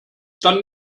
dann